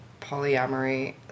polyamory